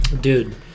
Dude